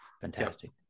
Fantastic